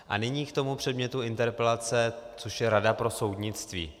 A nyní k tomu předmětu interpelace, což je rada pro soudnictví.